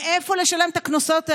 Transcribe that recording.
מאיפה לשלם את הקנסות האלה?